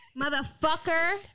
Motherfucker